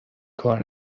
کار